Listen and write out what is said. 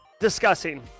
discussing